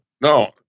No